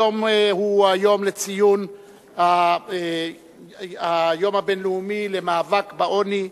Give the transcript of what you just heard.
היום הוא היום לציון היום הבין-לאומי למאבק בעוני,